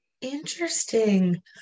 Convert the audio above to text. interesting